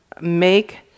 make